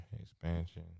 Expansion